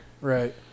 Right